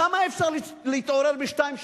כמה אפשר להתעורר בשתיים,